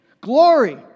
glory